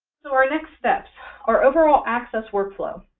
so our next steps are overall access workflow.